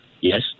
yes